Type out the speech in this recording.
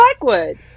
Blackwood